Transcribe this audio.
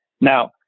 Now